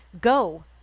go